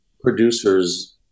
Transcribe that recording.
producers